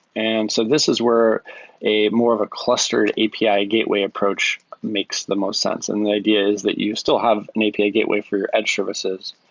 and so this is where a more of a clustered api gateway approach makes the most sense. and the idea is that you still have an api ah gateway for edge services,